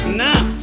now